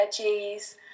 veggies